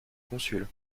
consul